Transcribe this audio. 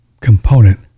component